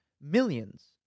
millions